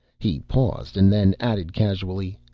he paused and then added casually,